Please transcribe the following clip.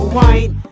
White